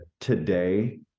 today